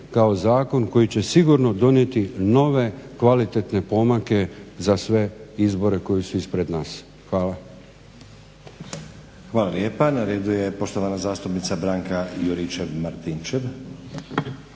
kao zakon koji će sigurno donijeti nove kvalitetne pomake za sve izbore koji su ispred nas. Hvala. **Stazić, Nenad (SDP)** Hvala lijepa. Na redu je poštovana zastupnica Branka Juričev-Martinčev.